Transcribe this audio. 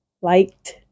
liked